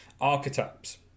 archetypes